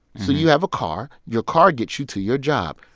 so you have a car. your car gets you to your job.